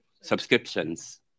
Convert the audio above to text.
Subscriptions